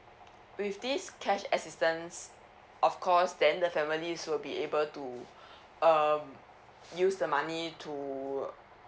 with this cash assistance of course then the families will be able to uh use the money to